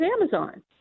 Amazon